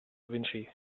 vinci